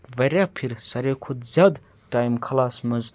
واریاہ پھِرِ ساروی کھۄتہٕ زیادٕ ٹایم خلاس منٛز